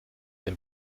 denn